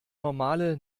normale